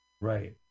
Right